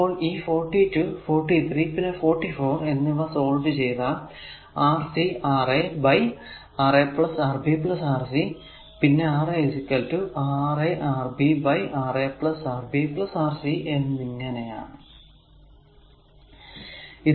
അപ്പോൾ ഈ 42 43 പിന്നെ 44 എന്നിവ സോൾവ് ചെയ്താൽ Rc Ra by Ra Rb Rc പിന്നെ R a Ra Rb Ra Rb Rc എന്നിങ്ങനെ ആണ്